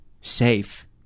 safe